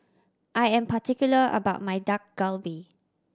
I am particular about my Dak Galbi